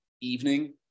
evening